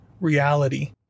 reality